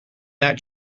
that